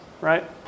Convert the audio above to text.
right